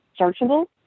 searchable